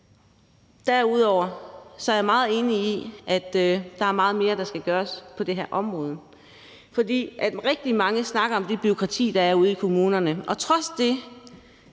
Derudover er jeg meget enig i, at der er meget mere, der skal gøres på det her område. For rigtig mange snakker om det bureaukrati, der er ude i kommunerne, og trods det,